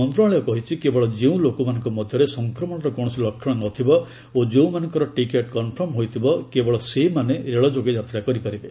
ମନ୍ତ୍ରଣାଳୟ କହିଛି କେବଳ ଯେଉଁ ଲୋକମାନଙ୍କ ମଧ୍ୟରେ ସଂକ୍ରମଣର କୌଣସି ଲକ୍ଷଣ ନଥିବ ଓ ଯେଉଁମାନଙ୍କର ଟିକେଟ୍ କନ୍ଫର୍ମ ହୋଇଥିବ କେବଳ ସେହିମାନେ ରେଳ ଯୋଗେ ଯାତ୍ରା କରିପାରିବେ